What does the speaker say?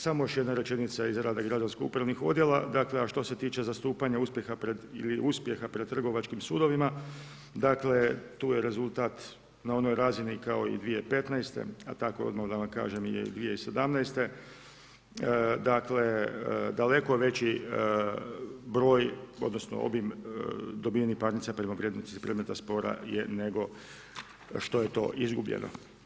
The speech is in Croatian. Samo još jedna rečenica iz rada građansko-upravnih odjela, dakle a što se tiče zastupanja uspjeha pred trgovačkim sudovima tu je rezultat na onoj razini kao i 2015., a tako je odmah da vam kažem i 2017. dakle daleko veći broj odnosno obim dobijenih parnica prema vrijednosti predmeta spora je nego što je to izgubljeno.